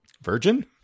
Virgin